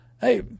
Hey